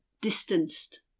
distanced